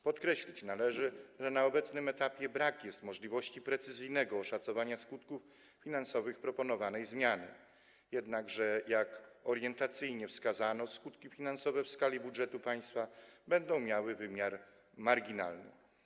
Podkreślić należy, że na obecnym etapie brak jest możliwości precyzyjnego oszacowania skutków finansowych proponowanej zmiany, jednakże - jak orientacyjnie wskazano - skutki finansowe w skali budżetu państwa będą miały wymiar marginalny.